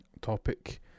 topic